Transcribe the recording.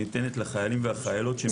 שניתנת לחיילים ולחיילות.